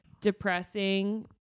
depressing